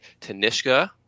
Tanishka